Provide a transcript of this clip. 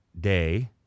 day